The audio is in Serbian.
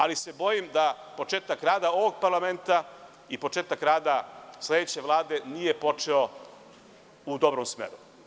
Ali se bojim da početak rada ovog parlamenta i početak rada sledeće Vlade nije počeo u dobrom smeru.